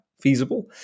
feasible